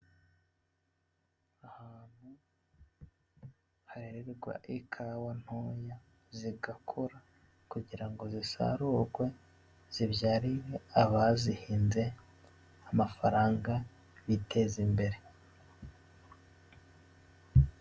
Ahantu harererwa ikawa ntoya zigakura kugira ngo zisarurwe zibyarire abazihinze amafaranga biteze imbere.